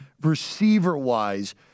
receiver-wise